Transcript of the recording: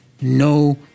no